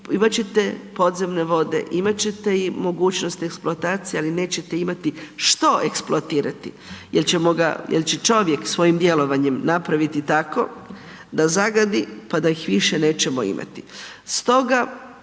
imat ćete podzemne vode, imat ćete i mogućnost eksploatacije ali neće imati što eksploatirati jer će čovjek svojim djelovanjem napraviti tako da ih zagadi pa da ih više nećemo imati.